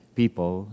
people